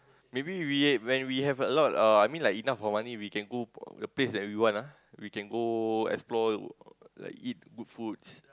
maybe we when we have a lot of I mean enough of money we can go the place that we want ah we can go explore like eat good foods